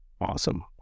Awesome